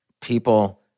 people